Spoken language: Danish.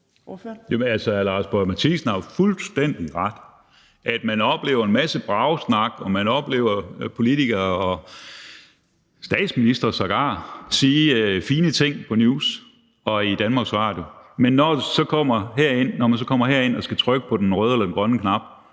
Lars Boje Mathiesen har jo fuldstændig ret i, at man oplever en masse bragesnak og man oplever politikere og sågar statsministre sige fine ting på TV 2 News og i Danmarks Radio, men når de så kommer herind og skal trykke på den røde eller den grønne knap,